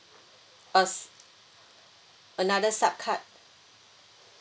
uh another sub card